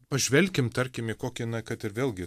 pažvelkim tarkim į kokį na kad ir vėlgi